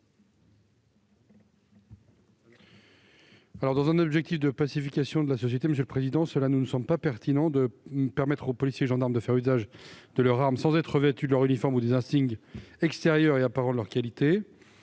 ? Dans un objectif de pacification de la société, il ne nous semble pas pertinent de permettre aux policiers et aux gendarmes de faire usage de leur arme sans être revêtus de leur uniforme ou des insignes extérieurs et apparents de leur qualité.